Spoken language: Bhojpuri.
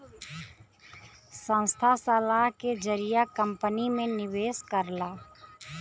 संस्था सलाह के जरिए कंपनी में निवेश करला